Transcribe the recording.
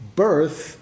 birth